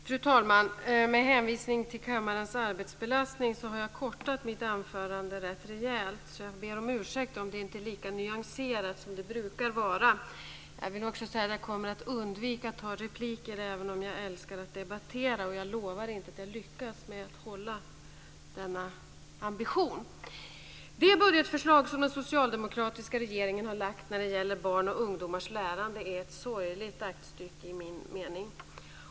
Fru talman! Med hänvisning till kammarens arbetsbelastning har jag kortat ned mitt anförande rätt rejält, så jag ber om ursäkt om det inte är lika nyanserat som det brukar vara. Jag vill också säga att jag kommer att undvika att ta repliker, även om jag älskar att debattera. Jag lovar dock inte att jag lyckas med att hålla denna ambition. Det budgetförslag som den socialdemokratiska regeringen har lagt fram när det gäller barns och ungdomars lärande är ett, enligt min mening, sorgligt aktstycke.